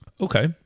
Okay